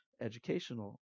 educational